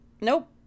Nope